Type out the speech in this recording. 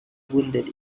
wounded